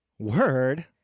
Word